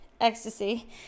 Ecstasy